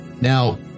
Now